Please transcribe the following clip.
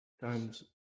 times